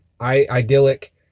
idyllic